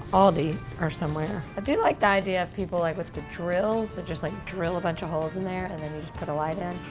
aldi or somewhere. i do like the idea of people, like, with the drills that just like drill a bunch of holes in there and then you just put a light in.